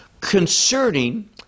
Concerning